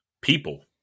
People